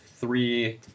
three